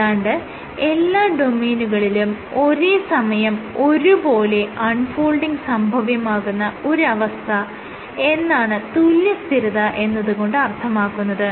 ഏതാണ്ട് എല്ലാ ഡൊമെയ്നുകളിലും ഒരേ സമയം ഒരു പോലെ അൺ ഫോൾഡിങ് സംഭവ്യമാകുന്ന ഒരവസ്ഥ എന്നാണ് തുല്യ സ്ഥിരത എന്നത് കൊണ്ട് അർത്ഥമാക്കുന്നത്